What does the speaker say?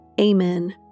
Amen